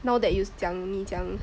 now that you 讲你讲